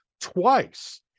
twice